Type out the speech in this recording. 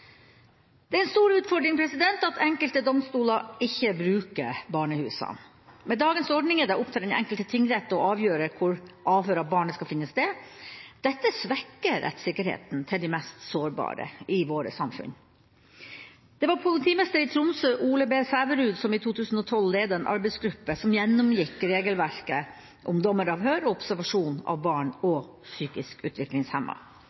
Det er en stor utfordring at enkelte domstoler ikke bruker barnehusene. Med dagens ordning er det opp til den enkelte tingrett å avgjøre hvor avhør av barnet skal finne sted. Dette svekker rettssikkerheten til de mest sårbare i vårt samfunn. Det var politimester i Tromsø Ole Bredrup Sæverud som i 2012 ledet en arbeidsgruppe som gjennomgikk regelverket om dommeravhør og observasjon av barn og